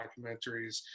documentaries